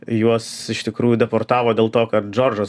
juos iš tikrųjų deportavo dėl to kad džordžas